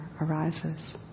arises